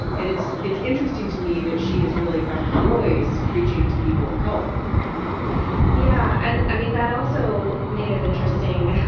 and it's it's interesting to me that she has really found her voice preaching to people of color yeah. and i mean that also made it interesting